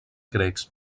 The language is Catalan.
grecs